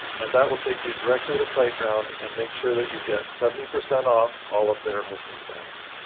and that will take you directly to siteground and make sure that you get seventy percent off all of their hosting plans.